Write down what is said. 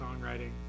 songwriting